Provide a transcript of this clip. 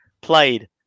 played